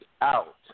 out